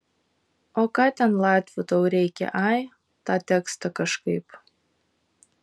o ką ten latvių tau reikia ai tą tekstą kažkaip